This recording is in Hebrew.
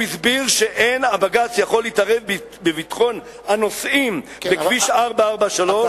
הוא הסביר שאין הבג"ץ יכול להתערב בביטחון הנוסעים בכביש 443,